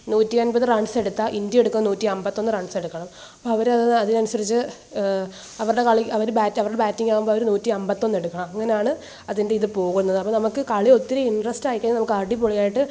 നൂറ്റി അമ്പത് റൺസ് എടുത്താല് ഇന്ത്യ എടുക്കും നൂറ്റി അമ്പത്തൊന്ന് റൺസ് എടുക്കണം അപ്പോള് അവരത് അതിനനുസരിച്ച് അവരുടെ കളി അവരുടെ ബാറ്റിംഗ് ആവുമ്പോള് അവര് നൂറ്റി അമ്പത്തൊന്ന് എടുക്കണം അങ്ങനാണ് അതിൻ്റെ ഇത് പോകുന്നത് അപ്പോള് നമുക്ക് കളി ഒത്തിരി ഇൻട്രസ്റ്റ് ആയിക്കഴിഞ്ഞാല് നമുക്ക് അടിപൊളി ആയിട്ട്